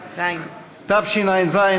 תשע"ז,